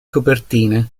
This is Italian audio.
copertine